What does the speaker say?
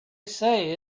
say